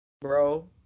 bro